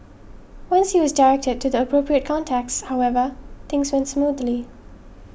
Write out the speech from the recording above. once he was directed to the appropriate contacts however things went smoothly